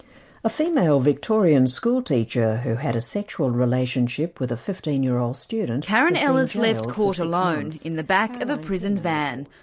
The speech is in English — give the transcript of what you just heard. a female victorian schoolteacher who had a sexual relationship with a fifteen year old student. karen ellis left court alone, in the back of a prison van.